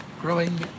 growing